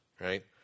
right